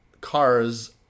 cars